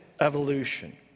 evolution